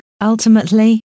ultimately